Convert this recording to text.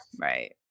Right